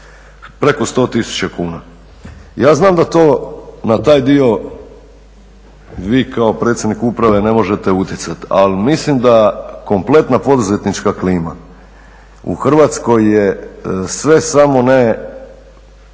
preko 100 tisuća kuna. Ja znam da to na taj dio vi kao predsjednik uprave ne možete utjecati ali mislim da kompletna poduzetnička klima u Hrvatskoj je sve samo ne